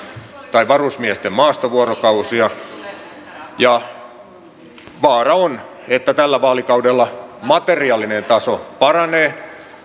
tai varusmiesten maastovuorokausia ja vaara on että tällä vaalikaudella materiaalinen taso paranee